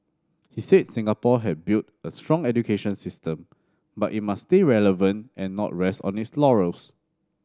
he said Singapore had built a strong education system but it must stay relevant and not rest on its laurels